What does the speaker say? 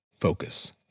Focus